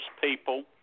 people